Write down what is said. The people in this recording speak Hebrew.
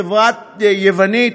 חברה יוונית